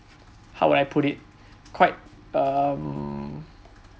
how would I put it quite um